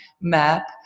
map